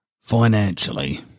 Financially